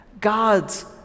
God's